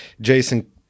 Jason